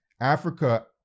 Africa